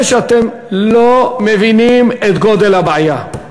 אתם כנראה לא מבינים את גודל הבעיה.